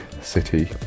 city